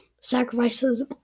sacrifices